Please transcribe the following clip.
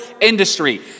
industry